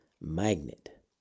magnet